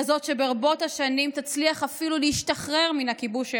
כזאת שברבות השנים תצליח אפילו להשתחרר מן הכיבוש הארור,